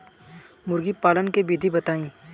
मुर्गीपालन के विधी बताई?